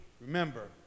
Remember